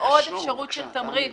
תשמעו, בבקשה, תאמין לי.